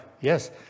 Yes